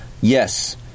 Yes